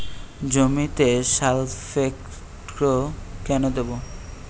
জমিতে সালফেক্স কেন দেবো?